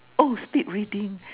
oh speed reading